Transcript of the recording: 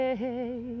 hey